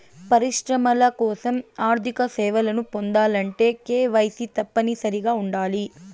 పరిశ్రమల కోసం ఆర్థిక సేవలను పొందాలంటే కేవైసీ తప్పనిసరిగా ఉండాలి